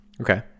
okay